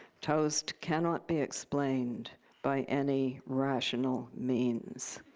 toast cannot be explained by any rational means.